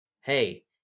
hey